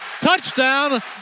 Touchdown